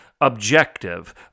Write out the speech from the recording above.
objective